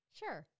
sure